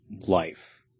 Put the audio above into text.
life